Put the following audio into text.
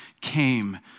came